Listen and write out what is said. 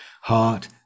heart